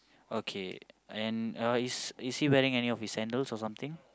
okay and uh is is he wearing any of his sandals or something